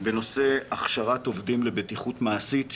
בנושא הכשרת עובדים לבטיחות מעשית,